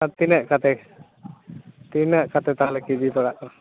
ᱟᱨ ᱛᱤᱱᱟᱹᱜ ᱠᱟᱛᱮᱫ ᱛᱤᱱᱟᱹᱜ ᱠᱟᱛᱮᱫ ᱛᱟᱦᱚᱞᱮ ᱠᱤᱡᱤ ᱯᱟᱲᱟᱜ ᱠᱟᱱᱟ